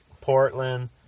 Portland